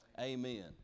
amen